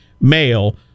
male